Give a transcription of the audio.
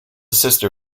sister